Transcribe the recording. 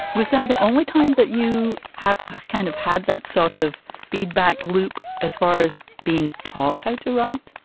was that the only time that you have kind of had that sort of feedback loop as far as being taught how to write?